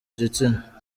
gitsina